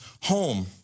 home